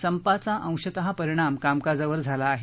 संपाचा अंशतः परिणाम कामकाजावर झाला आहे